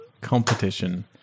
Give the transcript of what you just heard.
competition